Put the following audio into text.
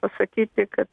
pasakyti kad